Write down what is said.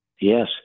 Yes